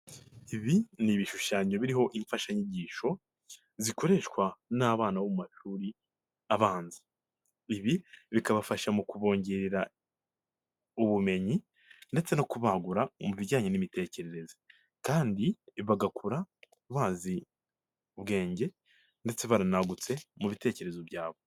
Ibi ni ibishushanyo biriho imfashanyigisho zikoreshwa n'abana bo mu mashuri abanza, ibi bikabafasha mu kubongerera ubumenyi ndetse no kubagura mu bijyanye n'imitekerereze kandi bagakura bazi ubwenge ndetse baranagutse mu bitekerezo byabo.